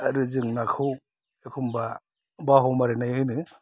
आरो जों नाखौ एखनबा बाहुमारिनाय होनो